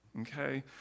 okay